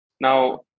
Now